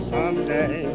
Someday